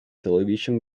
television